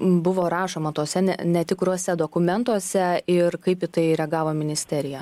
buvo rašoma tuose ne netikruose dokumentuose ir kaip į tai reagavo ministerija